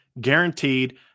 guaranteed